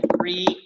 three